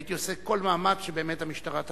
הייתי עושה כל מאמץ שבאמת המשטרה תבוא.